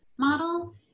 Model